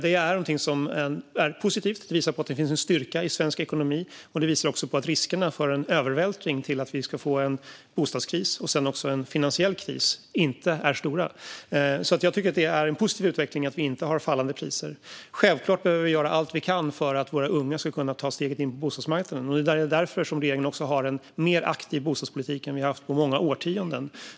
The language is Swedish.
Det är någonting som är positivt och visar att det finns en styrka i svensk ekonomi. Det visar också att riskerna för en övervältring till en bostadskris och sedan också en finansiell kris inte är stora. Jag tycker alltså att det är en positiv utveckling att vi inte har fallande priser. Självklart behöver vi dock göra allt vi kan för att våra unga ska kunna ta steget in på bostadsmarknaden. Det är därför som regeringen har en mer aktiv bostadspolitik än vad vi haft på många årtionden.